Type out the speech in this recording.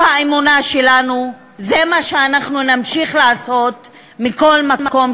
זה עובר כל גבול כבר.